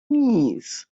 knees